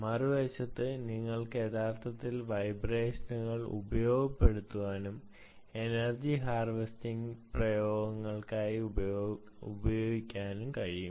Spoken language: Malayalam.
മറുവശത്ത് നിങ്ങൾക്ക് യഥാർത്ഥത്തിൽ വൈബ്രേഷനുകൾ ഉപയോഗപ്പെടുത്താനും എനർജി ഹാർവെസ്റ്റിംഗ് പ്രയോഗങ്ങൾക്കായി ഉപയോഗിക്കാനും കഴിയും